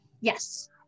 Yes